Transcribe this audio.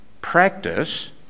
practice